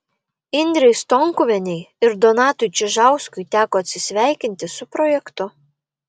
indrei stonkuvienei ir donatui čižauskui teko atsisveikinti su projektu